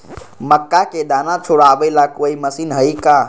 मक्का के दाना छुराबे ला कोई मशीन हई का?